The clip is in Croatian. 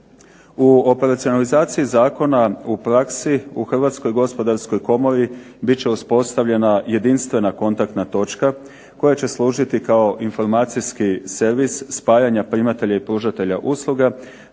U operacionalizaciji zakona u praksi u Hrvatskoj gospodarskoj komori bit će uspostavljena jedinstvena kontaktna točka koja će služiti kao informacijski servis spajanja primatelja i pružatelja usluga,